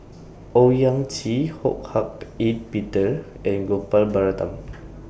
Owyang Chi Ho Hak Ean Peter and Gopal Baratham